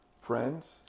friends